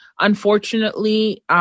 unfortunately